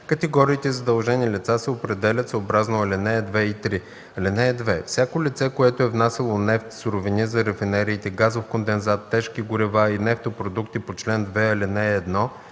категориите задължени лица се определят съобразно ал. 2 и 3. (2) Всяко лице, което е внасяло нефт, суровини за рафинериите, газов кондензат, тежки горива и нефтопродукти по чл. 2, ал. 1